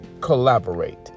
collaborate